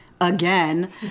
again